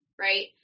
right